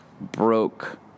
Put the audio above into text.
broke